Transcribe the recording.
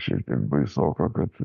šiek tiek baisoka kad